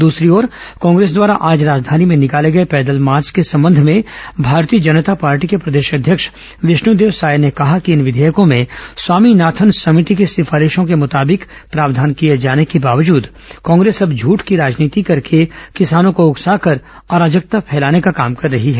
दूसरी ओर कांग्रेस द्वारा आज राजधानी में निकाले गए पैदल मार्च के संबंध में भारतीय जनता पार्टी के प्रदेश अध्यक्ष विष्णुदेव साय ने कहा कि इन विधेयकों में स्वामीनाथन समिति की सिफारिशों के मुताबिक प्रावधान किए जाने के बावजूद कांग्रेस अब झूठ की राजनीति करके किसानों को उकसाकर अराजकता फैलाने का काम रही है